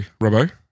Robo